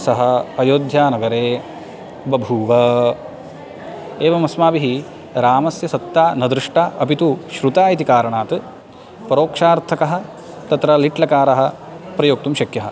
सः अयोध्यानगरे बभूव एवम् अस्माभिः रामस्य सत्ता न दृष्टा अपितु श्रुता इति कारणात् परोक्षार्थकः तत्र लिट्लकारः प्रयोक्तुं शक्यः